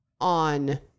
on